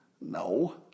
No